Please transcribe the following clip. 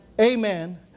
Amen